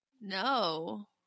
no